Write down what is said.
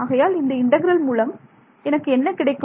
ஆகையால் இந்த இன்டெக்ரல் மூலம் எனக்கு என்ன கிடைக்கும்